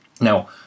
Now